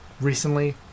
recently